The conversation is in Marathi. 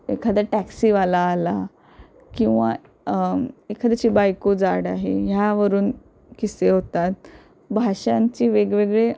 एखादा टॅक्सीवाला आला किंवा एखाद्याची बायको जाड आहे ह्यावरून किस्से होतात भाषांची वेगवेगळे